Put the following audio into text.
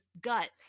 gut